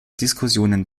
diskussionen